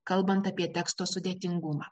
kalbant apie teksto sudėtingumą